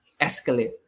escalate